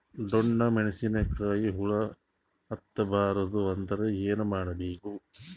ಡೊಣ್ಣ ಮೆಣಸಿನ ಕಾಯಿಗ ಹುಳ ಹತ್ತ ಬಾರದು ಅಂದರ ಏನ ಮಾಡಬೇಕು?